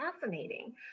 fascinating